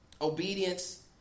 obedience